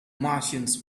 martians